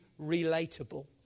relatable